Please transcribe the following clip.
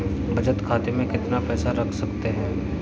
बचत खाते में कितना पैसा रख सकते हैं?